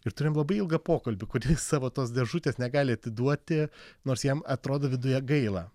ir turim labai ilgą pokalbį kur jis savo tos dėžutės negali atiduoti nors jam atrodo viduje gaila